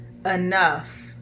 enough